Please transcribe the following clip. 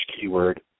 keyword